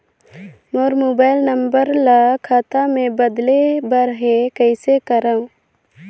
मोर mobile number ल खाता मे बदले बर हे कइसे करव?